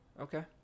Okay